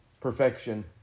perfection